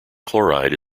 chloride